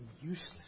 useless